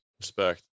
Respect